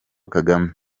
kagame